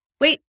Wait